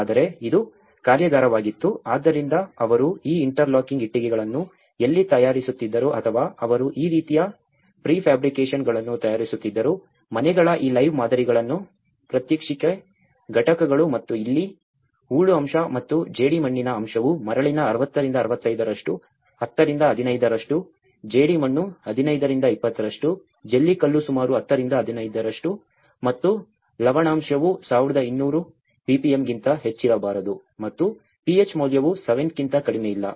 ಆದರೆ ಇದು ಕಾರ್ಯಾಗಾರವಾಗಿತ್ತು ಆದ್ದರಿಂದ ಅವರು ಈ ಇಂಟರ್ಲಾಕಿಂಗ್ ಇಟ್ಟಿಗೆಗಳನ್ನು ಎಲ್ಲಿ ತಯಾರಿಸುತ್ತಿದ್ದರು ಅಥವಾ ಅವರು ಈ ರೀತಿಯ ಪ್ರಿ ಫ್ಯಾಬ್ರಿಕೇಶನ್pre fabricationsಗಳನ್ನು ತಯಾರಿಸುತ್ತಿದ್ದರು ಮನೆಗಳ ಈ ಲೈವ್ ಮಾದರಿಗಳನ್ನು ಪ್ರಾತ್ಯಕ್ಷಿಕೆ ಘಟಕಗಳು ಮತ್ತು ಇಲ್ಲಿ ಹೂಳು ಅಂಶ ಮತ್ತು ಜೇಡಿಮಣ್ಣಿನ ಅಂಶವು ಮರಳಿನ 60 ರಿಂದ 65 10 ರಿಂದ 15 ಜೇಡಿಮಣ್ಣು 15 ರಿಂದ 20 ಜಲ್ಲಿಕಲ್ಲು ಸುಮಾರು 10 ರಿಂದ 15 ನಷ್ಟು ಮತ್ತು ಲವಣಾಂಶವು 1200 ppm ಗಿಂತ ಹೆಚ್ಚಿರಬಾರದು ಮತ್ತು pH ಮೌಲ್ಯವು 7 ಕ್ಕಿಂತ ಕಡಿಮೆಯಿಲ್ಲ